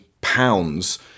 pounds